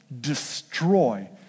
destroy